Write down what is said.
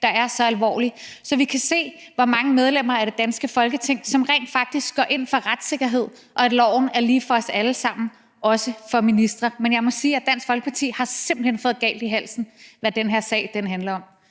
der er så alvorlig, så vi kan se, hvor mange medlemmer af det danske Folketing som rent faktisk går ind for retssikkerhed og for, at loven er lige for os alle sammen, også for ministre. Men jeg må sige, at Dansk Folkeparti simpelt hen har fået galt i halsen, hvad den her sag handler om.